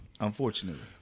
Unfortunately